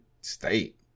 state